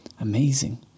Amazing